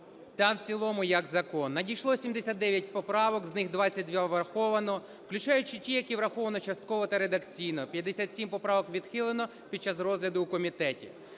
та в цілому як закон. Надійшло 79 поправок, з них 22 враховано, включаючи ті, які враховано частково та редакційно. 57 поправок відхилено під час розгляду в комітеті.